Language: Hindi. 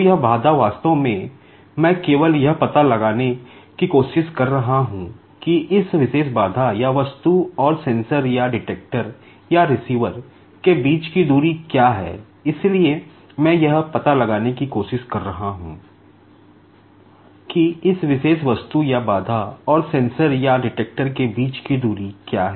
तो यह बाधा वास्तव में मैं केवल यह पता लगाने की कोशिश कर रहा हूं कि इस विशेष बाधा या वस्तु और सेंसर के बीच की दूरी क्या है